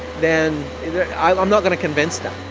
then i'm not going to convince them